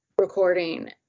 recording